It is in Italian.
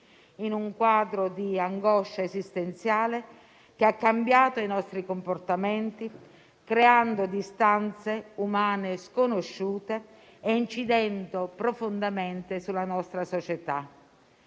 in un quadro di angoscia esistenziale che ha cambiato i nostri comportamenti, creando distanze umane sconosciute e incidendo profondamente sulla nostra società.